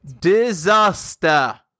Disaster